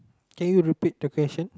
can you repeat your question